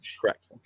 correct